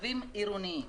עירוניים.